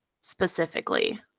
specifically